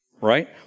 Right